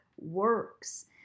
works